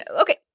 Okay